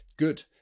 Good